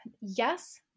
yes